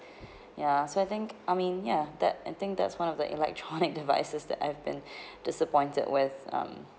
ya so I think I mean ya that I think that's one of the electronic devices that I've been disappointed with um